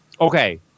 Okay